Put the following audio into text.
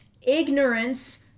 ignorance